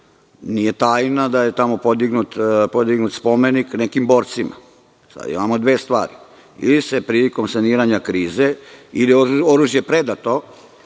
nije tajna da je tamo podignut spomenik nekim borcima. Imamo sada dve stvari: ili je prilikom saniranja krize oružje predato,